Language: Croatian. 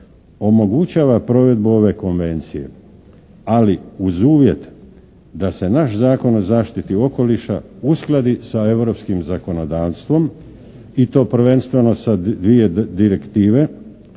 omogućava provedbu ove Konvencije, ali uz uvjet da se naš Zakon o zaštiti okoliša uskladi sa europskim zakonodavstvom i to prvenstveno sa dvije direktive